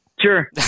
Sure